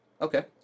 okay